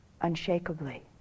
unshakably